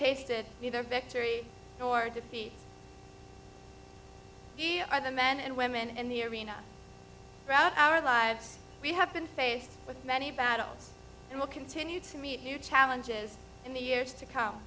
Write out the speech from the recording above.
tasted either victory or defeat we are the men and women in the arena throughout our lives we have been faced with many battles and will continue to meet new challenges in the years to come